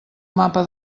mapa